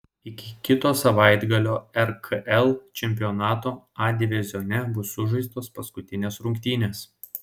iki kito savaitgalio rkl čempionato a divizione bus sužaistos paskutinės rungtynės